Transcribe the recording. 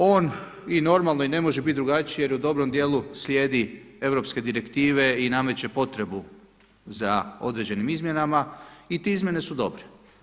On i normalno i ne može biti drugačije jer u dobrom dijelu slijedi europske direktive i nameće potrebu za određenim izmjenama i te izmjene su dobre.